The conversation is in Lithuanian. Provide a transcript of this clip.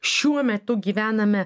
šiuo metu gyvename